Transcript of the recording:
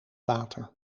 water